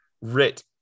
writ